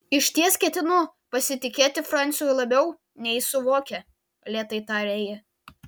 išties ketinu pasitikėti franciu labiau nei jis suvokia lėtai tarė ji